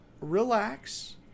Relax